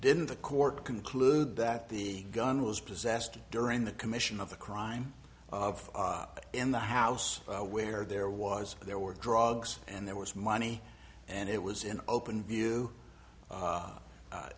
didn't the court conclude that the gun was possessed during the commission of the crime of in the house where there was there were drugs and there was money and it was in open view